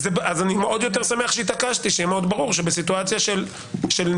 אז אני עוד יותר שמח שיהיה מאוד ברור שבסיטואציה של נגררת